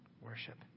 worship